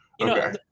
Okay